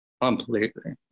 completely